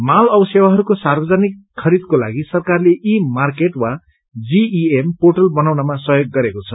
माल औ सेवाहरूको सार्वजनिक खरीदको लागि सरकारले ई मार्केट वा जीईएम पोर्टल बनाउनमा सहयोग गरेको छ